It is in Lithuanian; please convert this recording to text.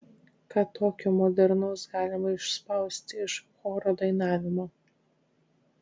ką tokio modernaus galima išspausti iš choro dainavimo